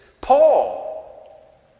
Paul